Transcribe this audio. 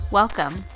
welcome